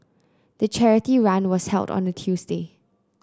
the charity run was held on a Tuesday